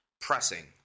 pressing